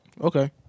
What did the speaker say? Okay